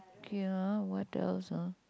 ya what else ah